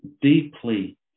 deeply